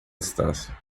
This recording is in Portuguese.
distância